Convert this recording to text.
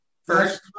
First